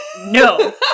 no